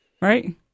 right